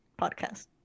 podcast